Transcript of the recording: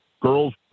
girls